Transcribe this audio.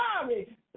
sorry